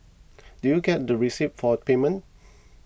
do you get the receipts for payments